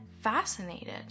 fascinated